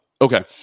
Okay